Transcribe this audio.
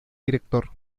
director